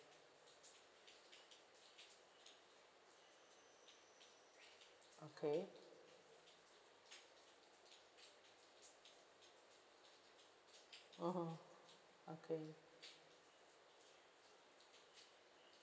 okay (uh huh) okay